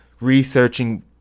researching